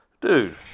dude